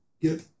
get